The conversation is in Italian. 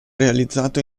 realizzato